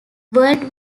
world